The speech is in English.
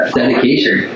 dedication